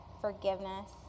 forgiveness